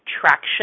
traction